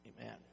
Amen